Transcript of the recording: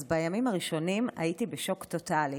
אז בימים הראשונים הייתי בשוק טוטאלי